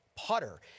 Putter